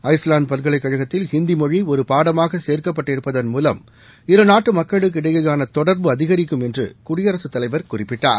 Iceland பல்கலைக்கழகத்தில் ஹிந்தி மொழி ஒரு பாடமாக சேர்க்கப்பட்டிருப்பதன் மூலம் இருநாட்டு மக்களுக்கு இடையேயான தொடர்பு அதிகரிக்கும் என்று குடியரசுத் தலைவர் குறிப்பிட்டார்